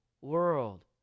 world